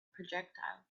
projectile